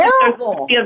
terrible